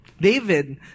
David